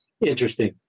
Interesting